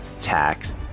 tax